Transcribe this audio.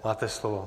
Máte slovo.